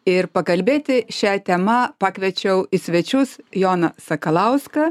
ir pakalbėti šia tema pakviečiau į svečius joną sakalauską